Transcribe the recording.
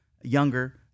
younger